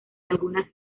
algunas